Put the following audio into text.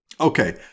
Okay